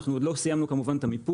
אנחנו עוד לא סיימנו כמובן את המיפוי.